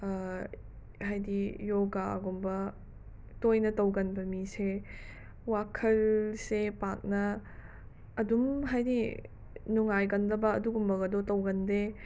ꯍꯥꯏꯗꯤ ꯌꯣꯒꯥꯒꯨꯝꯕ ꯇꯣꯏꯅ ꯇꯧꯒꯟꯕ ꯃꯤꯁꯦ ꯋꯥꯈꯜꯁꯦ ꯄꯥꯛꯅ ꯑꯗꯨꯝ ꯍꯥꯏꯗꯤ ꯅꯨꯡꯉꯥꯏꯒꯟꯗꯕ ꯑꯗꯨꯒꯨꯝꯕꯒꯗꯣ ꯇꯧꯒꯟꯗꯦ